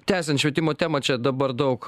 tęsiant švietimo temą čia dabar daug